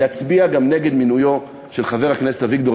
להצביע גם נגד מינויו של חבר הכנסת אביגדור